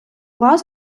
вас